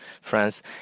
France